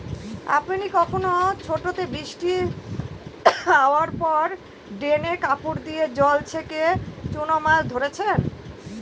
আপনি কখনও ছোটোতে বৃষ্টি হাওয়ার পর ড্রেনে কাপড় দিয়ে জল ছেঁকে চুনো মাছ ধরেছেন?